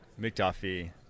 McDuffie